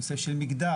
בנושא של מגדר.